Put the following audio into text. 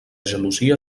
gelosia